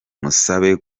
musabe